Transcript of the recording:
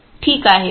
ठीक आहे